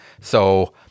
So-